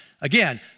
Again